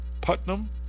Putnam